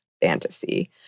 fantasy